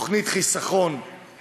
תוכנית חיסכון לכל ילד,